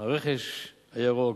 הרכש הירוק,